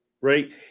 right